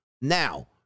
Now